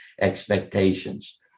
expectations